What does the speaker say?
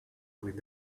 with